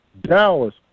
Dallas